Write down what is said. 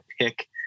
pick